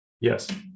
Yes